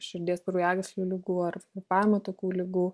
širdies kraujagyslių ligų ar kvėpavimo takų ligų